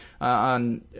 on